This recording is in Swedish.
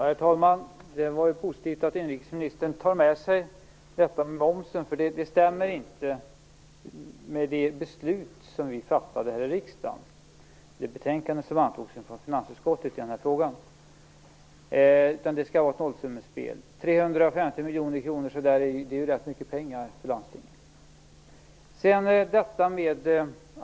Herr talman! Det var ju positivt att inrikesministern tar med sig detta med momsen, för det stämmer inte med det beslut som vi fattade här i riksdagen och med texten i det betänkande som antogs från finansutskottet i den här frågan. Detta skall vara ett nollsummespel. 350 miljoner kronor är ju rätt mycket pengar för landstingen.